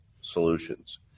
solutions